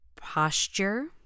posture